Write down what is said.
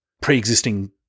pre-existing